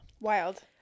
Wild